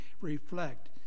reflect